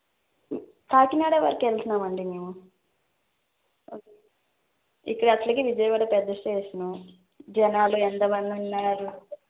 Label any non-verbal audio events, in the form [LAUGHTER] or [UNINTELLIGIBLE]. కాకినాడ వరకు వెళ్తున్నామండీ మేము ఇక్కడ అసలుకే విజయవాడ పెద్ద స్టేషను జనాలు ఎండలు [UNINTELLIGIBLE]